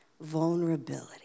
Vulnerability